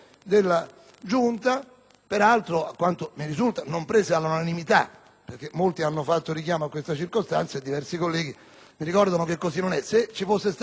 peraltro, a quanto mi risulta, non assunte all'unanimità (molti senatori hanno fatto richiamo a questa circostanza, ma diversi colleghi mi ricordano che così non è stato). Se ci fosse stata nel nostro Gruppo una valutazione